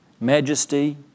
majesty